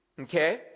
okay